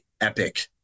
epic